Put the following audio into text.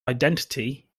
identity